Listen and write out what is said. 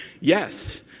Yes